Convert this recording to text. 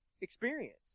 experience